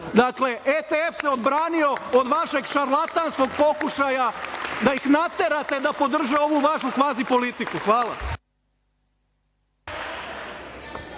desilo. Dakle, ETF se odbranio od vašeg šarlantskog pokušaja da ih naterate da podrže ovu vašu kvazi politiku.